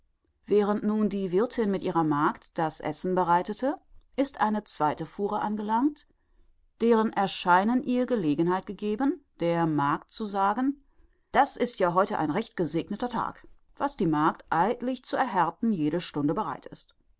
während nun die wirthin mit ihrer magd das essen bereitete ist eine zweite fuhre angelangt deren erscheinen ihr gelegenheit gegeben der magd zu sagen das ist ja heute ein recht gesegneter tag was die magd eidlich zu erhärten jede stunde bereit ist